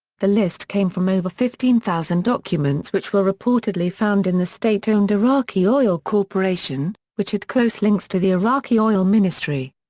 the list came from over fifteen thousand documents which were reportedly found in the state-owned iraqi oil corporation, which had close links to the iraqi oil ministry.